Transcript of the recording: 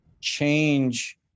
change